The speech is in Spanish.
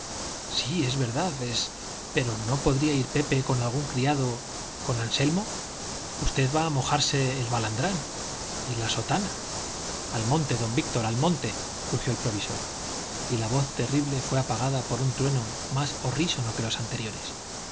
ana sí verdad es pero no podría ir pepe con algún criado con anselmo usted va a mojarse el balandrán y la sotana al monte don víctor al monte rugió el provisor y la voz terrible fue apagada por un trueno más horrísono que los anteriores